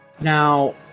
now